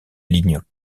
ligne